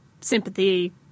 sympathy